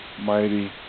mighty